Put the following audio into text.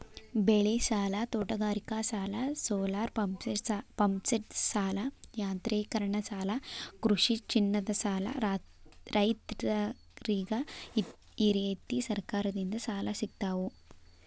ಬೆಳಿಸಾಲ, ತೋಟಗಾರಿಕಾಸಾಲ, ಸೋಲಾರಪಂಪ್ಸೆಟಸಾಲ, ಯಾಂತ್ರೇಕರಣಸಾಲ ಕೃಷಿಚಿನ್ನದಸಾಲ ರೈತ್ರರಿಗ ಈರೇತಿ ಸರಕಾರದಿಂದ ಸಾಲ ಸಿಗ್ತಾವು